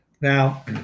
Now